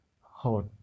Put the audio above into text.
hot